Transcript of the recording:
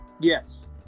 Yes